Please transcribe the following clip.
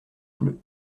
bleus